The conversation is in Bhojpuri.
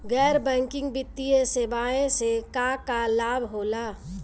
गैर बैंकिंग वित्तीय सेवाएं से का का लाभ होला?